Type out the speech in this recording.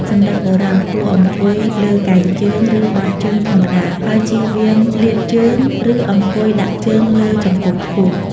សម្រាប់បុរស គួរអង្គុយលើកែងជើង ឬបត់ជើងធម្មតា ហើយជៀសវាងលាតជើង ឬអង្គុយដាក់ជើងលើជង្គង់ខ្ពស់។